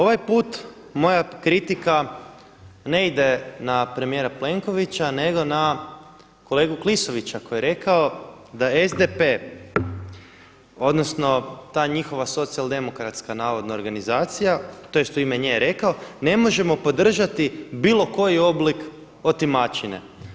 Ovaj put moja kritika ne ide na premijera Plenkovića, nego na kolegu Klisovića koji je rekao da SDP-e odnosno ta njihova socijaldemokratska navodna organizacija tj. u ime nje je rekao ne možemo podržati bilo koji oblik otimačine.